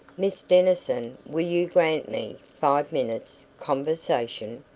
miss denison, will you grant me five minutes', conversation?